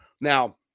Now